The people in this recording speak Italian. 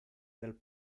del